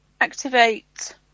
activate